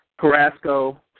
Carrasco